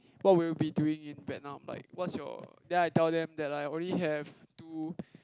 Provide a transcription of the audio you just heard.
what would you be doing in Vietnam like what's your then I tell them that I only have two